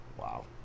Wow